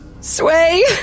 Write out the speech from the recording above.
Sway